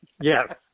Yes